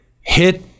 hit